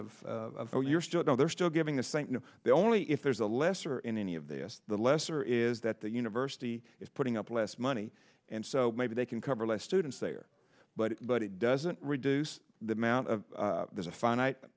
of oh you're still there still giving the same no they only if there's a lesser in any of the lesser is that the university is putting up less money and so maybe they can cover less students there but but it doesn't reduce the amount of there's a finite